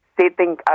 sitting